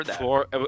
four